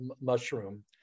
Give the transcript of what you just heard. mushroom